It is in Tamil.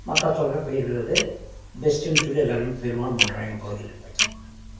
மக்காசோளம் பயிரிடறது பெஸ்ட்டுன்னு சொல்லி எல்லாருமே பெரும்பாலும் பண்ணுறாங்க எங்கள் பகுதியில் இப்போத்திக்கி